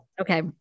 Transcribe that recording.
Okay